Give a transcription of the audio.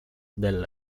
del